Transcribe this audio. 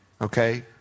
okay